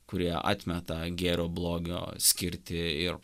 kurie atmeta gėrio blogio skirtį ir